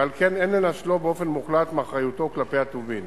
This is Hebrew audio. ועל כן אין לנשלו באופן מוחלט מאחריותו כלפי הטובין.